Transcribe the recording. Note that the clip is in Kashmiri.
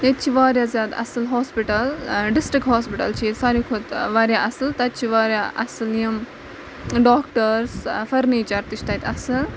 ییٚتہِ چھِ واریاہ زیادٕ اَصٕل ہاسپِٹَل ڈِسٹِرٛک ہاسپِٹَل چھِ ییٚتہِ ساروی کھۄتہٕ واریاہ اَصٕل تَتہِ چھِ واریاہ اَصٕل یِم ڈاکٹٲرٕز فٔرنیٖچَر تہِ چھُ تَتہِ اَصٕل